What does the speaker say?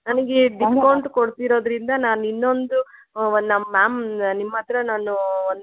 ನನಗೆ ಡಿಸ್ಕೌಂಟ್ ಕೊಡ್ತಿರೋದರಿಂದ ನಾನು ಇನ್ನೊಂದು ಒಂದ್ ನಮ್ಮ ಮ್ಯಾಮ್ ನಿಮ್ಮ ಹತ್ರ ನಾನೂ ಒಂದೂ